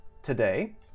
today